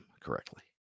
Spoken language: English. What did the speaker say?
correctly